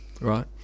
right